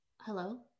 Hello